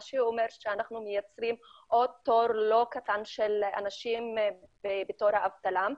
מה שאומר שאנחנו מייצרים עוד תור לא קטן של אנשים בתור של האבטלה.